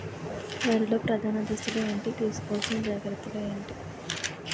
వరిలో ప్రధాన దశలు ఏంటి? తీసుకోవాల్సిన జాగ్రత్తలు ఏంటి?